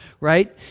Right